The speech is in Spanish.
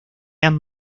han